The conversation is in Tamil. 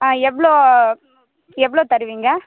ஆ எவ்வளோ எவ்வளோ தருவீங்க